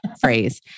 phrase